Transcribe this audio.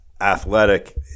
athletic